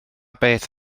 beth